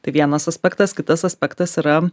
tai vienas aspektas kitas aspektas yra